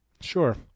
Sure